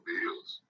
Bills